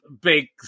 big